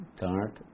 dark